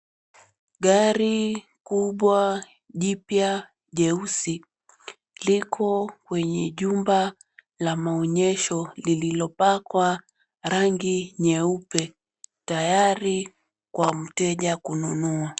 Gari kubwa, jipya, jeusi liko kwenye jumba la maonyesho lililopakwa rangi nyeupe, tayari kwa mteja kununua.